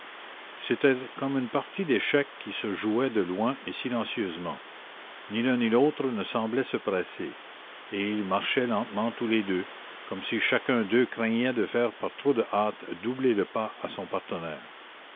c'était comme une partie d'échecs qui se jouait de loin et silencieusement ni l'un ni l'autre ne semblait se presser et ils marchaient lentement tous les deux comme si chacun d'eux craignait de faire par trop de hâte doubler le pas à son partenaire